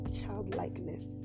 childlikeness